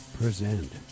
present